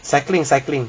cycling cycling